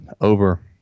over